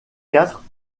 quatre